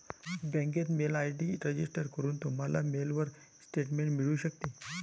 बँकेत mail ID register करून, तुम्हाला मेलवर स्टेटमेंट मिळू शकते